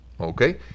Okay